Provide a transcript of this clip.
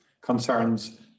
concerns